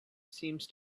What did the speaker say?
seems